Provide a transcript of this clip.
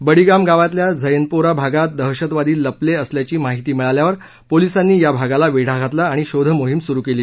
बडिगाम गावातल्या झप्पिोरा भागात दहशतवादी लपले असल्याची माहिती मिळाल्यावर पोलिसांनी या भागाला वेढा घातला आणि शोधमोहीम सुरू केली